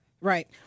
Right